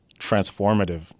transformative